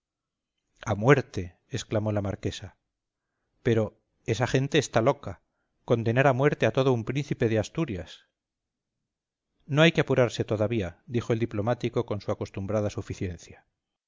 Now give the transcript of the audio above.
a muerte exclamó la marquesa pero esa gente está loca condenar a muerte a todo un príncipe de asturias no hay que apurarse todavía dijo el diplomático con su acostumbrada suficiencia